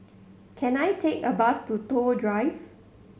can I take a bus to Toh Drive